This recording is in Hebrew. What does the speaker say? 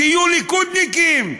תהיו ליכודניקים,